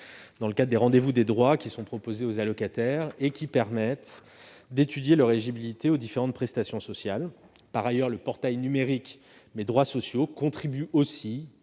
CAF à travers les rendez-vous des droits, qui sont proposés aux allocataires et qui permettent d'étudier leur éligibilité aux différentes prestations sociales. Par ailleurs, le portail numérique, à défaut de résoudre